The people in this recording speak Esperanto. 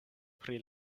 pri